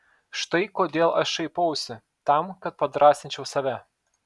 štai kodėl aš šaipausi tam kad padrąsinčiau save